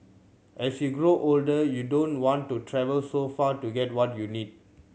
as you grow older you don't want to travel so far to get what you need